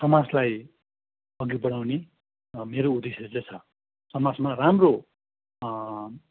समाजलाई अघि बढाउने मेरो उद्देश्य चाहिँ छ समाजमा राम्रो